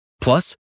Plus